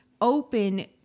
open